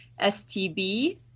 STB